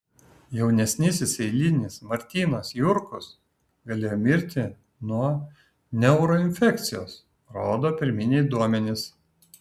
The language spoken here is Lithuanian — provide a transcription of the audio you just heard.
jaunesnysis eilinis martynas jurkus galėjo mirti nuo neuroinfekcijos rodo pirminiai duomenys